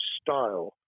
style